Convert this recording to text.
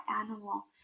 animal